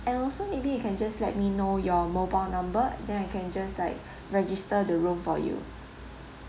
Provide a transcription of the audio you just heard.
and also maybe you can just let me know your mobile number then I can just like register the room for you